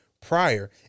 prior